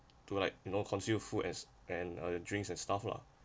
to like you know consumed food as and order drinks and stuff lah